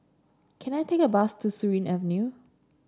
can I take a bus to Surin Avenue